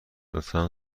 لطفا